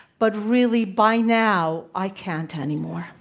but really, by now, i can't anymore.